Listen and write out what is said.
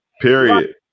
Period